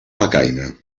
becaina